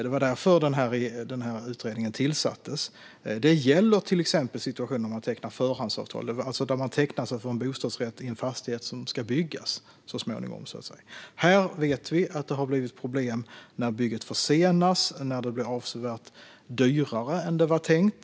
Det var därför denna utredning tillsattes. Det gäller till exempel situationer där man tecknar förhandsavtal - alltså där man tecknar sig för en bostadsrätt i en fastighet som ska byggas så småningom. Här vet vi att det har blivit problem när bygget försenas eller när det blir avsevärt dyrare än det var tänkt.